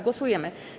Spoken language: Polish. Głosujemy.